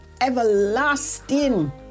everlasting